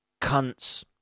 cunts